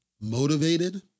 motivated